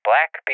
Black